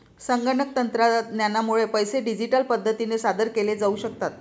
संगणक तंत्रज्ञानामुळे पैसे डिजिटल पद्धतीने सादर केले जाऊ शकतात